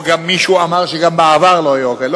מישהו אמר שגם בעבר לא היו אקדמאים.